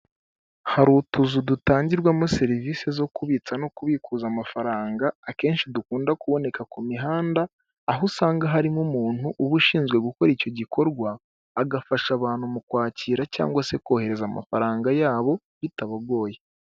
Hari utuzu dutangirwamo serivisi zo kubitsa no kubikuza amafaranga akenshi dukunda kuboneka ku mihanda aho usanga harimo umuntu uba ushinzwe gukora icyo gikorwa agafasha abantu mu kwakira cyangwa se kohereza amafaranga yabo bitabagoye.